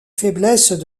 faiblesses